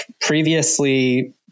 previously